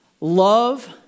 love